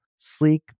sleek